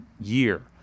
year